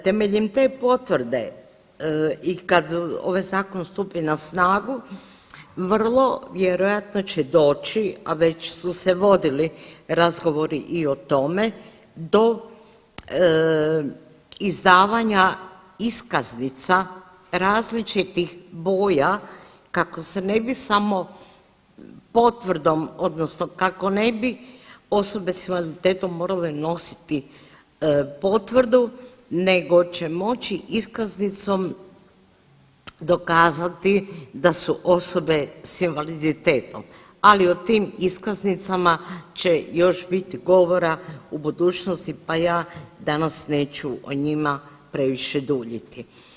Temeljem te potvrde i kad ovaj zakon stupi na snagu vrlo vjerojatno će doći, a već su se vodili razgovori i o tome do izdavanja iskaznica različitih boja kako se ne bi samo potvrdom odnosno kako ne bi osobe s invaliditetom morale nositi potvrdu nego će moći iskaznicom dokazati da su osobe s invaliditetom, ali o tim iskaznicama će još biti govora u budućnosti, pa ja danas neću o njima previše duljiti.